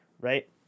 right